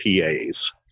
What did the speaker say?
PAS